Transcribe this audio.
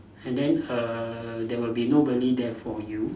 and then err there will be nobody there for you